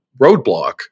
roadblock